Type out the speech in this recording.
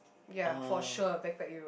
ya for sure backpack Europe